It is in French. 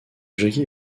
jackie